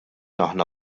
aħna